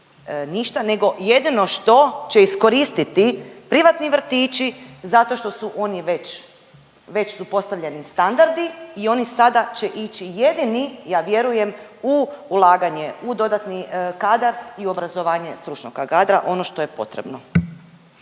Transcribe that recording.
nego jedino što će iskoristiti privatni vrtići, zato što su oni već, već su postavljeni standardi i oni sada će ići jedini, ja vjerujem u ulaganje u dodatni kadar i u obrazovanje stručnoga kadra, ono što je potrebno.